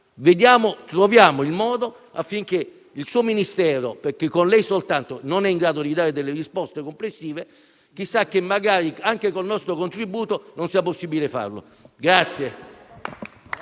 recupero; troviamo il modo affinché il suo Ministero, che con lei soltanto non è in grado di farlo, possa dare delle risposte complessive. Chissà che magari anche col nostro contributo non sia possibile farlo.